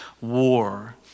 war